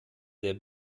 der